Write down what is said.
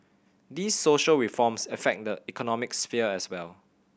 these social reforms affect the economic sphere as well